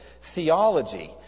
theology